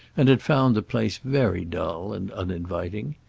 and had found the place very dull and uninviting.